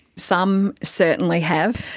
some certainly have.